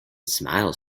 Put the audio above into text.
smile